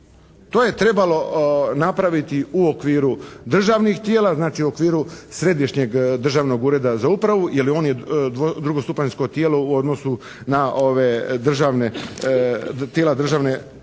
To je trebalo napraviti u okviru državnih tijela, znači u okviru Središnjeg državnog ureda za upravu, jer on je drugostupanjsko tijelo u odnosu na ova tijela državne uprave